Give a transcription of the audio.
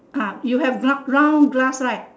ah you have round round glass right